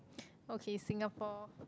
okay Singapore